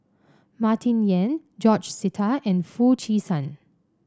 Martin Yan George Sita and Foo Chee San